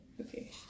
Okay